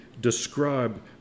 describe